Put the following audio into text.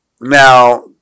Now